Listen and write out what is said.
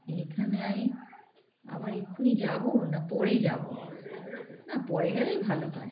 এইখানে আমি আবার এক্ষুনি যাবো না পরে যাবো না পরে গেলেই ভালো হয়